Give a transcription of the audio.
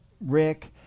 Rick